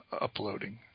uploading